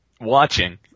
watching